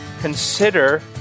consider